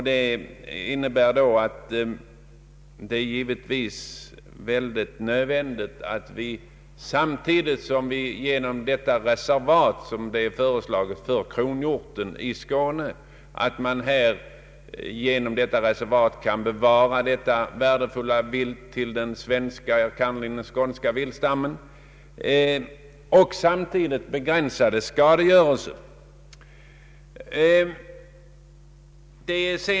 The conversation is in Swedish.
Det är givetvis nödvändigt att, samtidigt som vi genom det föreslagna reservatet i Skåne bevarar detta värdefulla villebråd till den svenska, enkannerligen skånska viltstammen, vi också begränsar dess skadegörelse.